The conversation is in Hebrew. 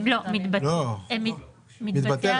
לא, מתבצע